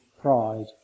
pride